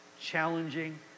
challenging